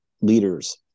leaders